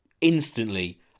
instantly